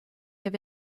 have